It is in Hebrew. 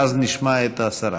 ואז נשמע את השרה.